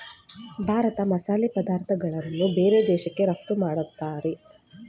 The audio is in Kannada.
ಭಾರತ ಮಸಾಲೆ ಪದಾರ್ಥಗಳನ್ನು ಬೇರೆ ದೇಶಕ್ಕೆ ರಫ್ತು ಮಾಡತ್ತರೆ